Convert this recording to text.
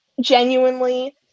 genuinely